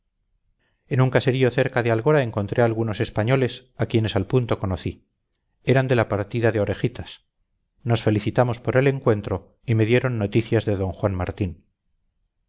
en un caserío cerca de algora encontré algunos españoles a quienes al punto conocí eran de la partida de orejitas nos felicitamos por el encuentro y me dieron noticias de don juan martín